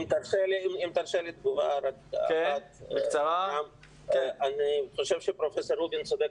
שר ההשכלה הגבוהה והמשלימה, ומשאבי מים זאב